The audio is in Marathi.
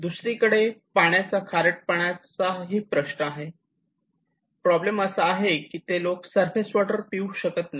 दुसऱ्याकडे पाण्याचा खारटपणा हा प्रश्न आहे प्रॉब्लेम असा आहे की ती लोक सरफेस वॉटर पिऊ शकत नाही